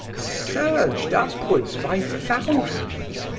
surged upwards by thousands,